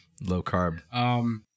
low-carb